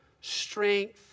strength